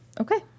Okay